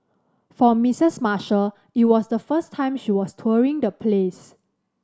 for Missus Marshall it was the first time she was touring the place